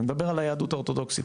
אני מדבר על היהדות האורתודוקסית,